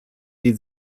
die